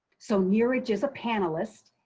so neeraj is a panelist,